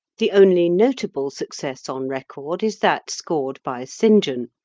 the only notable success on record is that scored by st. john,